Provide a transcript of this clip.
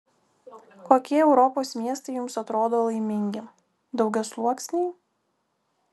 kokie europos miestai jums atrodo laimingi daugiasluoksniai